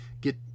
get